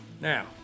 Now